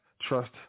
trust